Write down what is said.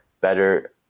better –